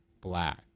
black